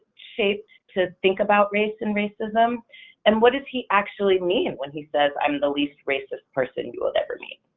shaped to think about race and racism and what does he actually mean when he says i'm the least racist person you will ever meet?